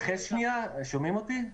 להתייחס בבקשה?